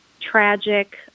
tragic